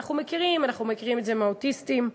אנחנו מכירים את זה מהאוטיסטים,